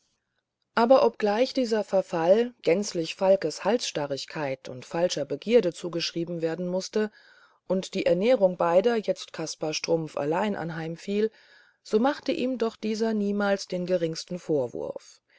aber obgleich dieser verfall gänzlich falkes halsstarrigkeit und falscher begierde zugeschrieben werden mußte und die ernährung beider jetzt kaspar strumpf allein anheimfiel so machte ihm doch dieser niemals den geringsten vorwurf